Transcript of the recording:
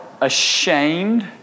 ashamed